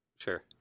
Sure